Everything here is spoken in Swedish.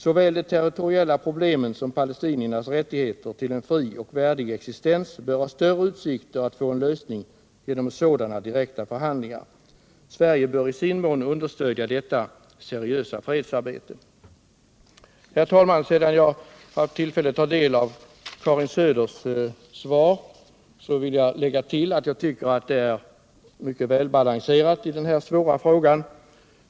Såväl de territoriella problemen som palestiniernas rättigheter till en fri och värdig existens bör ha större utsikter att få en lösning genom sådana direkta förhandlingar. Sverige bör i sin mån understödja detta seriösa fredsarbete. Herr talman! Sedan jag haft tillfälle att ta del av Karin Söders svar i denna svåra fråga vill jag tillägga att jag tycker att det är mycket välbalanserat.